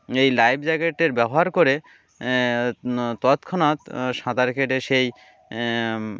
এই লাইফ জ্যাকেটের ব্যবহার করে তৎক্ষণাৎ সাঁতার কেটে সেই